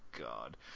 God